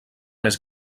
més